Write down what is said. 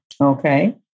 Okay